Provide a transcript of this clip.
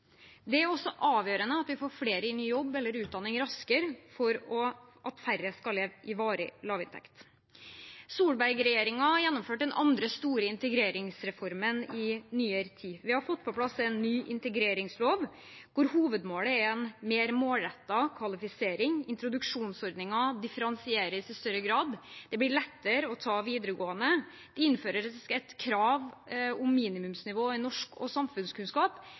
Det er også avgjørende at vi får flere inn i jobb eller utdanning raskere for at færre skal leve med varig lavinntekt. Solberg-regjeringen gjennomførte den andre store integreringsreformen i nyere tid. Vi har fått på plass en ny integreringslov, hvor hovedmålet er en mer målrettet kvalifisering: Introduksjonsordningen differensieres i større grad, det blir lettere å ta videregående, og det innføres et krav om et minimumsnivå i norsk og samfunnskunnskap